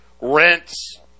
rents